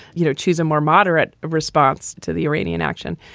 you know, choose a more moderate response to the iranian action.